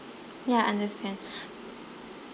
ya understand